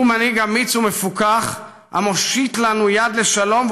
הוא מנהיג אמיץ ומפוכח המושיט לנו יד לשלום.